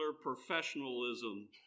professionalism